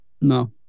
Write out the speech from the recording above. no